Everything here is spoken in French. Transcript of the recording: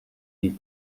des